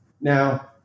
Now